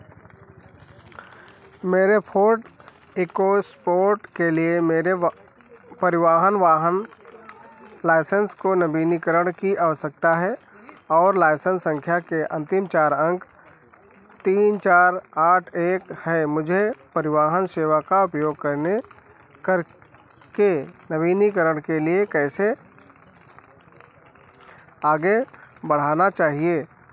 मेरे Ford EcoSport के लिए मेरे व् परिवहन वाहन लाइसेंस को नवीनीकरण की आवश्यकता है और लाइसेंस संख्या के अंतिम चार अंक तीन चार आठ एक है मुझे परिवहन सेवा का उपयोग करने करके नवीनीकरण के लिए कैसे आगे बढ़ाना चाहिए